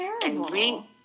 terrible